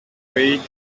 way